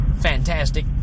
fantastic